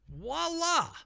voila